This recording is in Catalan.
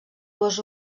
dues